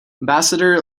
ambassador